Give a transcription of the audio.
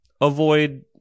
avoid